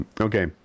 okay